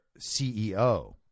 CEO